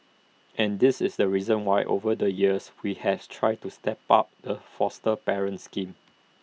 and this is the reason why over the years we has tried to step up the foster parent scheme